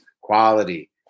quality